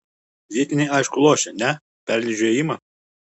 vietiniai aišku lošia ne perleidžiu ėjimą